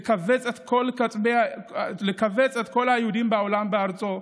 לקבץ את כל היהודים בעולם בארצו,